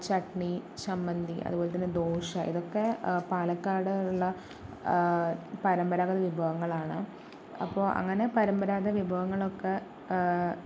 ചട്നി ചമ്മന്തി അതുപോലെ തന്നെ ദോശ ഇതൊക്കെ പാലക്കാട് ഉള്ള പരമ്പരാഗത വിഭവങ്ങളാണ് അപ്പോൾ അങ്ങനെ പരമ്പരാഗത വിഭവങ്ങളൊക്കെ